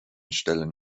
stellen